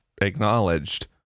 acknowledged